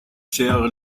schere